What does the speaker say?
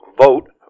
vote